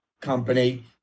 company